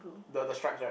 the the stripes right